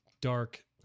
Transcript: dark